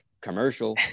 commercial